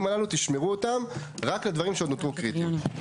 האלו תשמרו אותם רק לדברים שעוד נותרו קריטיים.